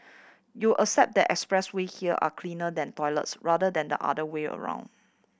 you accept that expressway here are cleaner than toilets rather than the other way around